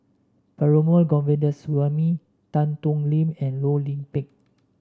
Perumal Govindaswamy Tan Thoon Lip and Loh Lik Peng